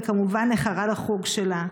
וכמובן איחרה לחוג שלה.